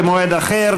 במועד אחר.